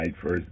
first